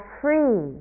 free